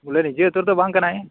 ᱯᱩᱨᱟᱹ ᱱᱤᱡᱮ ᱩᱛᱟᱹᱨ ᱫᱚ ᱵᱟᱝ ᱠᱟᱱᱟᱭ